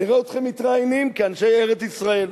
נראה אתכם מתראיינים כאנשי ארץ-ישראל.